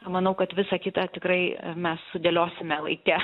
manau kad visa kita tikrai mes sudėliosime laike